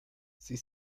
sie